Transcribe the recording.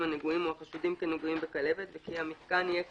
הנגועים או החשודים כנגועים בכלבת וכי המיתקן יהיה כפוף,